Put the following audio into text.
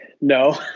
No